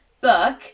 book